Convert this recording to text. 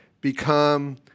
become